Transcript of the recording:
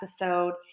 episode